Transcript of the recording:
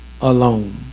alone